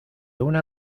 una